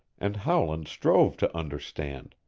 and howland strove to understand,